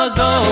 go